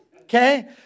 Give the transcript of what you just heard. Okay